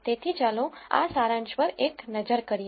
તેથી ચાલો આ સારાંશ પર એક નજર કરીએ